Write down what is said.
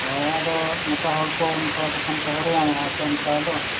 ᱦᱳᱭ ᱟᱫᱚ ᱱᱚᱠᱟ ᱦᱚᱲ ᱠᱚ ᱚᱱᱠᱟ ᱵᱟᱠᱷᱟᱱ ᱠᱚ ᱦᱚᱭᱨᱟᱱᱚᱜᱼᱟ ᱥᱮ ᱚᱱᱠᱟ ᱫᱚ